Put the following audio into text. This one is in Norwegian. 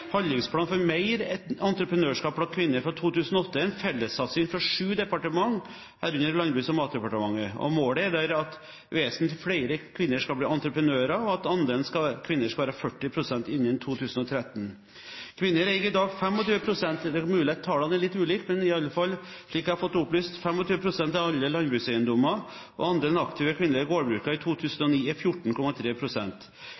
Handlingsplan for mer entreprenørskap blant kvinner fra 2008 er en fellessatsing fra sju departementer, herunder Landbruks- og matdepartementet. Målet er at vesentlig flere kvinner skal bli entreprenører, og at andelen kvinner skal være 40 pst. innen 2013. Kvinner eier i dag 25 pst. av alle landbrukseiendommer – det er mulig at tallene er litt ulike, men i alle fall etter det jeg har fått opplyst, er tallet 25 pst. – og andelen aktive kvinnelig gårdbrukere i